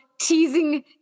teasing